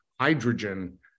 hydrogen